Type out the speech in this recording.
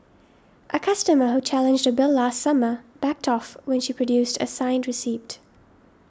a customer who challenged a bill last summer backed off when she produced a signed receipt